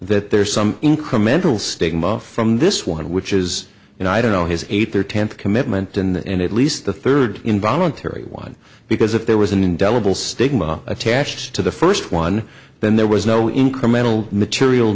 that there's some incremental stigma from this one which is you know i don't know his age thirty commitment and at least the third involuntary one because if there was an indelible stigma attached to the first one then there was no incremental material